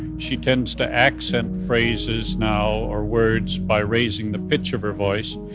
she tends to accent phrases now or words by raising the pitch of her voice.